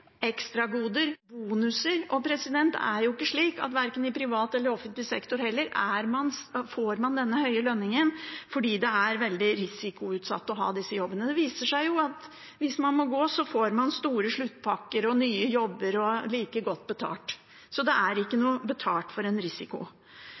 og bonuser. Og det er slik at verken i privat eller offentlig sektor får man denne høye lønningen fordi det er veldig risikoutsatt å ha disse jobbene. Det viser seg jo at hvis man må gå, får man store sluttpakker, nye jobber og like godt betalt. Så det er ikke